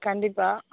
கண்டிப்பாக